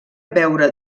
beure